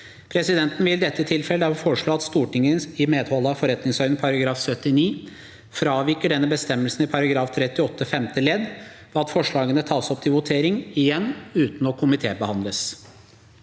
Presidenten vil i dette tilfellet derfor foreslå at Stortinget i medhold av forretningsordenen § 79 fraviker denne bestemmelsen i § 38 femte ledd ved at forslagene tas opp til votering igjen uten å komitébehandles.